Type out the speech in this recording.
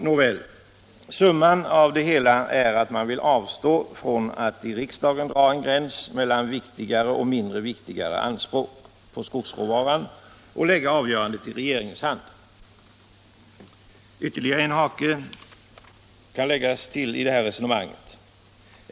Nåväl, summan av det hela är att man vill avstå från att i riksdagen dra en gräns mellan viktigare och mindre viktiga anspråk på skogsråvaran och lägga avgörandet i regeringens hand. Och jag kan då peka på ytterligare en hake i resonemanget.